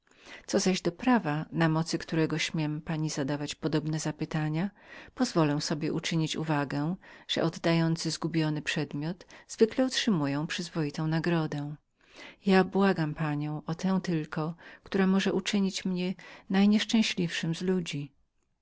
zaś do prawa na mocy którego śmiem pani zadawać podobne zapytania pozwolę sobie uczynić uwagę że oddający zgubiony przedmiot zwykle otrzymują przyzwoitą nagrodę ja błagam panią o tę tylko która może uczynić mnie najnieszczęśliwszym z ludzi